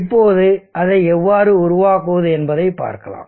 இப்போது அதை எவ்வாறு உருவாக்குவது என்பதை பார்க்கலாம்